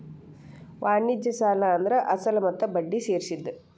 ವಾಣಿಜ್ಯ ಸಾಲ ಅಂದ್ರ ಅಸಲ ಮತ್ತ ಬಡ್ಡಿ ಸೇರ್ಸಿದ್